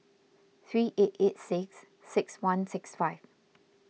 three eight eight six six one six five